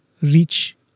reach